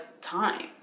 time